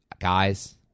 guys